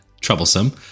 troublesome